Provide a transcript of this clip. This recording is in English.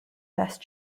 west